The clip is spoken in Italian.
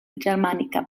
germanica